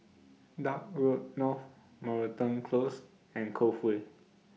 Dock Road North Moreton Close and Cove Way